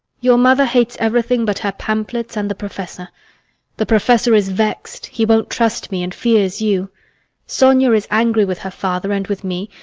your mother hates everything but her pamphlets and the professor the professor is vexed, he won't trust me, and fears you sonia is angry with her father, and with me,